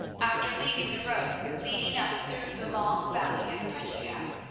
after leaving the road leading up through the long valley of prattigau.